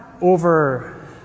over